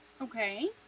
Okay